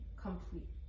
complete